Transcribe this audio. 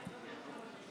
אני רואה שההתרגשות